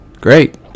great